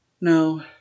No